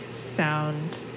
sound